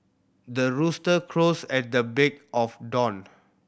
the rooster crows at the big of dawned